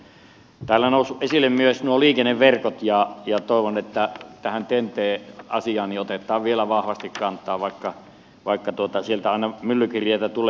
täällä ovat nousseet esille myös nuo liikenneverkot ja toivon että tähän ten t asiaan otetaan vielä vahvasti kantaa vaikka sieltä aina myllykirjeitä tulee